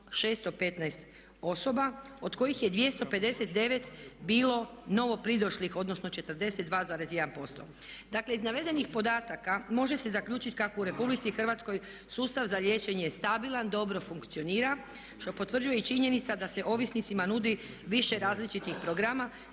615 osoba od kojih je 259 bilo novo pridošlih, odnosno 42,1%. Dakle iz navedenih podataka može se zaključiti kako u Republici Hrvatskoj sustav za liječenje je stabilan, dobro funkcionira što potvrđuje i činjenica da se ovisnicima nudi više različitih programa